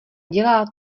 dělá